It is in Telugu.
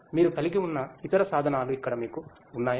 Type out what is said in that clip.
మీరు కలిగి ఉన్న ఇతర సాధనాలు ఇక్కడ మీకు ఉన్నాయా